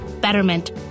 Betterment